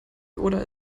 oder